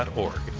org.